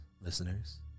listeners